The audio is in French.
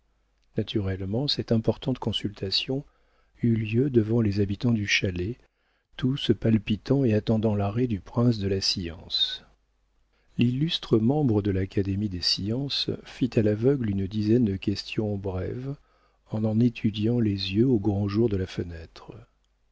naturellement cette importante consultation eut lieu devant les habitants du chalet tous palpitants et attendant l'arrêt du prince de la science l'illustre membre de l'académie des sciences fit à l'aveugle une dizaine de questions brèves en étudiant les yeux au grand jour de la fenêtre